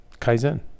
Kaizen